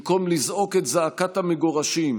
במקום לזעוק את זעקת המגורשים,